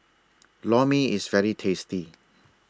Lor Mee IS very tasty